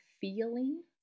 feeling